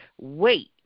wait